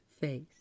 face